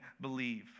believe